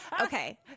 Okay